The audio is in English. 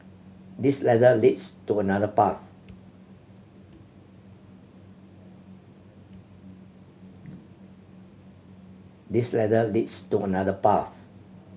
this ladder leads to another path this ladder leads to another path